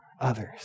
others